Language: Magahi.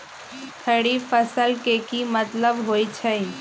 खरीफ फसल के की मतलब होइ छइ?